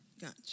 Gotcha